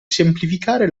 semplificare